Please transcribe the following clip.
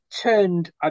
turned